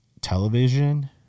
television